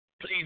Please